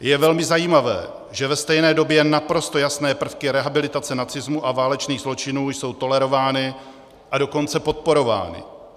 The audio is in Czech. Je velmi zajímavé, že ve stejné době naprosto jasné prvky rehabilitace nacismu a válečných zločinů jsou tolerovány, a dokonce podporovány.